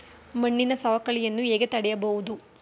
ಮಣ್ಣಿನ ಸವಕಳಿಯನ್ನು ಹೇಗೆ ತಡೆಯಬಹುದು?